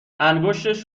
انگشتش